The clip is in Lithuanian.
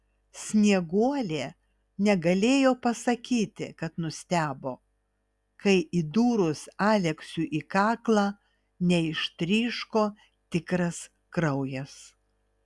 snieguolė negalėjo pasakyti kad nustebo kai įdūrus aleksiui į kaklą neištryško tikras kraujas